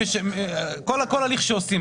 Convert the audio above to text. כל הליך שעושים,